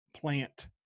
plant